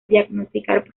diagnosticar